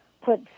put